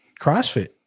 CrossFit